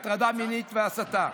הטרדה המינית והסתה,